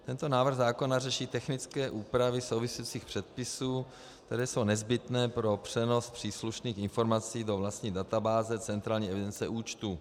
Tento návrh zákona řeší technické úpravy souvisejících předpisů, které jsou nezbytné pro přenos příslušných informací do vlastní databáze centrální evidence účtů.